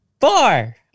Four